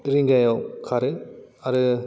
रिंगायाव खारो आरो